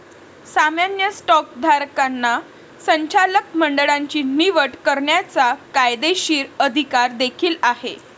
सामान्य स्टॉकधारकांना संचालक मंडळाची निवड करण्याचा कायदेशीर अधिकार देखील आहे